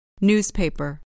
Newspaper